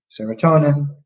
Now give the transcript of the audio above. serotonin